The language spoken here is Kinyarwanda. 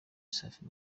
safi